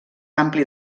ampli